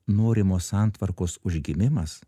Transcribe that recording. norimos santvarkos užgimimas